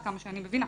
עד כמה שאני מבינה.